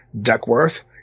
Duckworth